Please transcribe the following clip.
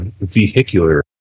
vehicular